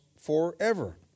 forever